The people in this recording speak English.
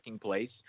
place